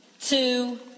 two